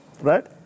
Right